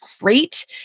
great